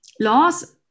laws